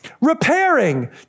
Repairing